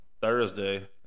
Thursday